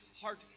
heart